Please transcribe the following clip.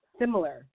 similar